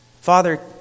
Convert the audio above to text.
Father